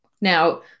Now